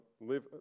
live